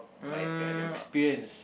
like a your experience